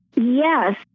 Yes